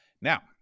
Now